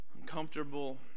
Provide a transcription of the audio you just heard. uncomfortable